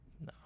No